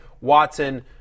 Watson